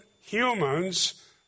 humans